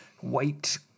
white